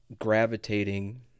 gravitating